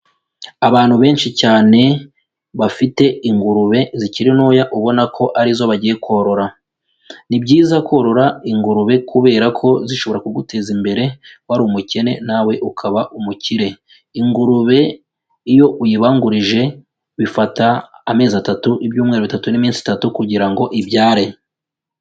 Abantu benshi cyane bafite ingurube zikiri ntoya, ubona ko ari zo bagiye korora; ni byiza korora ingurube kubera ko zishobora kuguteza imbere, wari umukene nawe ukaba umukire. Ingurube iyo uyibangurije, bifata amezi atatu, ibyumweru bitatu n'iminsi itatu kugira ngo ibyare.